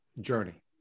journey